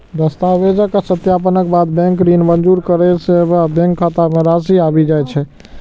दस्तावेजक सत्यापनक बाद बैंक ऋण मंजूर करै छै आ बैंक खाता मे राशि आबि जाइ छै